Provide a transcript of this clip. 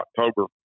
October